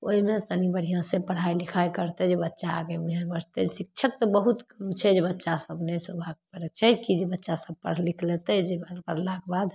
ओहिमे तनि बढ़िआँसे पढ़ाइ लिखाइ करतै जे बच्चा आगे मुँहे बढ़तै शिक्षक तऽ बहुत छै जे बच्चासभ नहि सुधार करतै जे कि बच्चासभ पढ़ि लिखि लेते जे पढ़लाके बाद